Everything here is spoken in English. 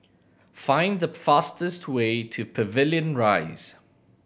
find the fastest way to Pavilion Rise